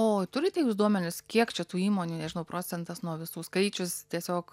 o turite jūs duomenis kiek čia tų įmonių nežinau procentas nuo visų skaičius tiesiog